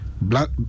black